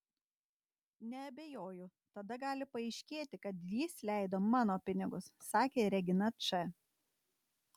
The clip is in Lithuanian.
neabejoju tada gali paaiškėti kad jis leido mano pinigus sakė regina č